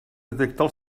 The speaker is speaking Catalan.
detectar